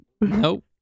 Nope